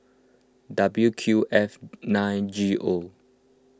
W Q F nine G O